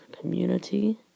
community